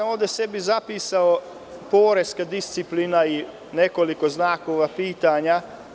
Ovde sam sebi zapisao – poreska disciplina i nekoliko znakova pitanja.